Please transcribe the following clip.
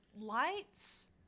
lights